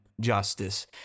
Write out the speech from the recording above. justice